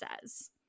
says